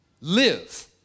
live